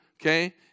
okay